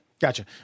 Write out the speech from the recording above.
Gotcha